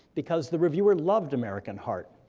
because the reviewer loved american heart,